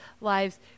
lives